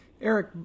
Eric